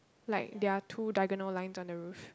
like there are two diagonal lines on the roof